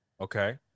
Okay